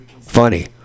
funny